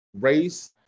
race